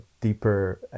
deeper